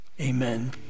Amen